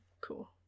Cool